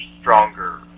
stronger